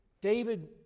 David